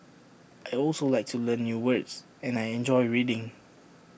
I also like to learn new words and I enjoy reading